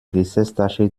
gesäßtasche